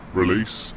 release